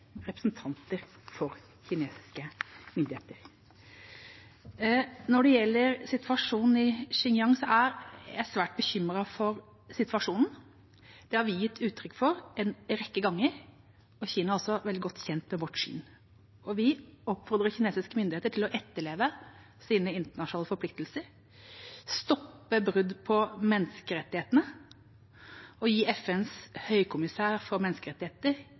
representanter for kinesiske myndigheter. Når det gjelder situasjonen i Xinjiang, er jeg svært bekymret for den. Det har vi gitt uttrykk for en rekke ganger. Kina er også veldig godt kjent med vårt syn. Vi oppfordrer kinesiske myndigheter til å etterleve sine internasjonale forpliktelser, stoppe brudd på menneskerettighetene og gi FNs høykommissær for menneskerettigheter